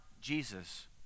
Jesus